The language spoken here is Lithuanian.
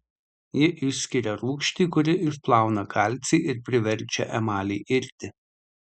ji išskiria rūgštį kuri išplauna kalcį ir priverčia emalį irti